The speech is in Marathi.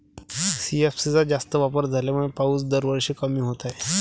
सी.एफ.सी चा जास्त वापर झाल्यामुळे पाऊस दरवर्षी कमी होत आहे